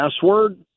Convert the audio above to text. password